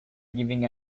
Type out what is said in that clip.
giving